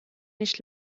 nicht